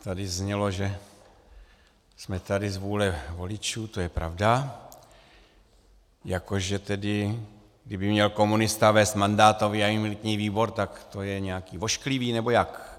Tady znělo, že jsme tady z vůle voličů, to je pravda jako že tedy kdyby měl komunista vést mandátový a imunitní výbor, tak to je nějaký ošklivý, nebo jak?